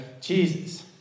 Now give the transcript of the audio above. Jesus